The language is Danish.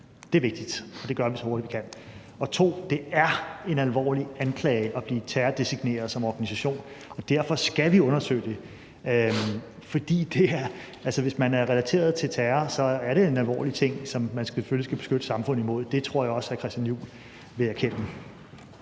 Det er vigtigt, og det gør vi, så hurtigt vi kan. Dernæst vil jeg sige, at det er en alvorlig anklage at blive terrordesigneret som organisation, og derfor skal vi undersøge det, for hvis man er relateret til terror, er det en alvorlig ting, som man selvfølgelig skal beskytte samfundet imod. Det tror jeg også hr. Christian Juhl vil erkende.